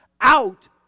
out